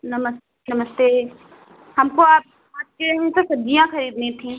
नमस नमस्ते हमको आप आपके यहाँ से सब्जियाँ खरीदनी थीं